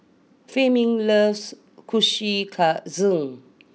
Fleming loves Kushikatsu